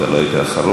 אתה לא היית אחרון,